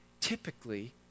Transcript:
typically